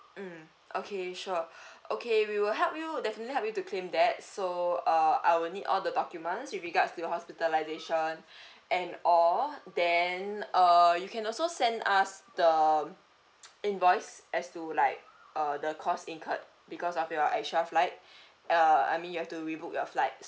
mm okay sure okay we will help you definitely help you to claim that so uh I will need all the documents with regards to your hospitalisation and all then uh you can also send us the invoice as to like uh the cost incurred because of your extra flight uh I mean you have to rebook your flights